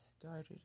started